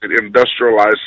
industrialized